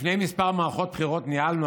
לפני כמה מערכות בחירות ניהלנו,